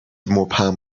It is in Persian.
مبهم